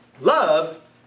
love